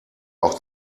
auch